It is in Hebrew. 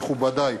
מכובדי,